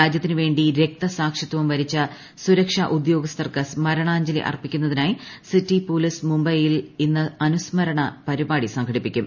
രാജ്യത്തിനു വേണ്ടി രക്തസാക്ഷിത്വം വരിച്ച സുരക്ഷ ഉദ്യോഗസ്ഥർക്ക് സ്മരണാഞ്ജലി അർപ്പിക്കുന്നതിനായി സിറ്റി പോലീസ് മുംബൈയിൽ ഇന്ന് അനുസ്മരണ പരിപാടി സംഘടിപ്പിക്കും